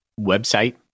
website